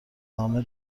نامه